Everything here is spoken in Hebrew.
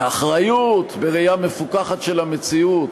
באחריות, בראייה מפוכחת של המציאות.